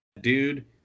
dude